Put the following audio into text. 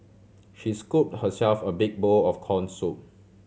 she scoop herself a big bowl of corn soup